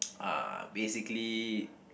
uh basically